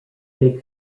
they